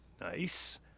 Nice